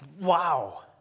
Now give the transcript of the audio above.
Wow